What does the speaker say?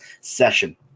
session